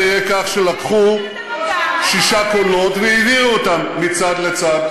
על-ידי כך שלקחו שישה קולות והעבירו אותם מצד לצד,